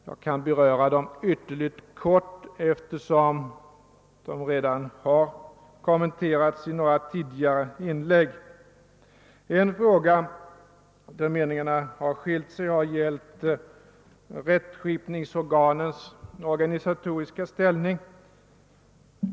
Jag kan beröra dem ytterligt kortfattat, eftersom de redan har kommenterats i några tidigare inlägg. En fråga där det funnits meningsskiljaktigheter har gällt rättskipningsorganens organisatoriska ställning.